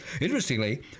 Interestingly